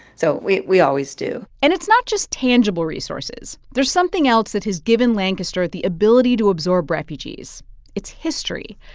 so we we always do and it's not just tangible resources. there's something else that has given lancaster the ability to absorb refugees its history.